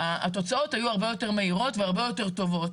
התוצאות היו הרבה יותר מהירות והרבה יותר טובות.